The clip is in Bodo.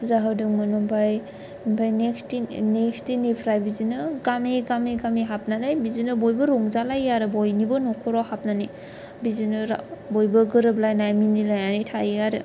फुजा होदोंमोन आमफ्राय नेक्सट दिन नेक्सट डेनिफ्राय बिदिनो गामि गामि हाबनानै बिदिनो बयबो रंजालायो आरो बयनिबो नखराव हाबनानै बिदिनो रा बयबो गोरोबलायनाय मिनि लायनायनानै थायो आरो